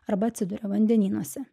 arba atsiduria vandenynuose